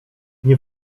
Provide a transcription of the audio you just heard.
nie